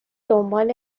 دنبال